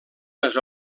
les